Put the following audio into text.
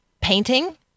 painting